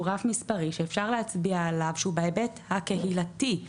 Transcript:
רף מספרי שאפשר להצביע עליו שהוא בהיבט הקהילתי,